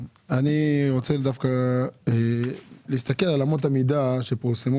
אני רוצה להסתכל על אמות המידה שפורסמו